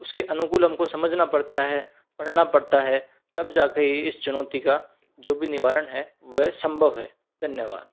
उसके अनुकूल हमको समझना पड़ता है पढ़ना पड़ता है तब जाकर इस चुनौती का जो भी निवारण है वह संभव है धन्यवाद